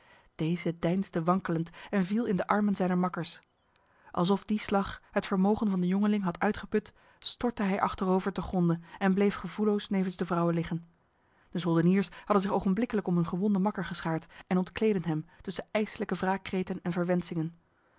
deze deinsde wankelend en viel in de armen zijner makkers alsof die slag het vermogen van de jongeling had uitgeput stortte hij achterover te gronde en bleef gevoelloos nevens de vrouwen liggen de soldeniers hadden zich ogenblikkelijk om hun gewonde makker geschaard en ontkleedden hem tussen ijslijke wraakkreten en verwensingen